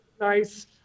nice